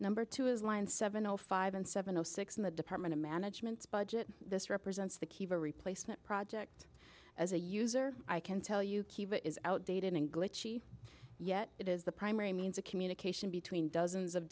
number two is line seven o five and seven o six in the department of management budget this represents the kiva replacement project as a user i can tell you cuba is outdated and glitchy yet it is the primary means of communication between dozens of